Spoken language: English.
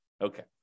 Okay